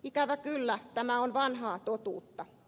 ikävä kyllä tämä on vanhaa totuutta